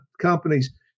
companies